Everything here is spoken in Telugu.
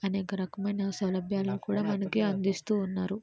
అనేక రకమైన సౌలభ్యాలు కూడా మనకి అందిస్తూ ఉన్నారు